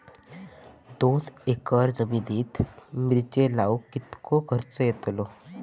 दोन एकर जमिनीत मिरचे लाऊक कितको खर्च यातलो?